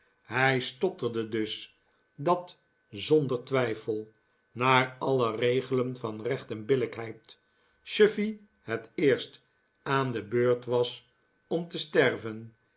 hij stotterde dus dat zonder twijfel naar alle regelen van recht en billijkheid chuffey het eerst aan de beurt was om te sterven